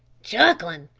chucklin'?